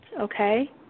okay